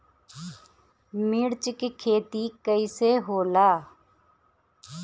मिर्च के खेती कईसे होला?